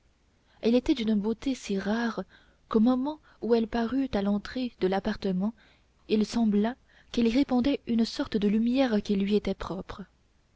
elle était d'une beauté si rare qu'au moment où elle parut à l'entrée de l'appartement il sembla qu'elle y répandait une sorte de lumière qui lui était propre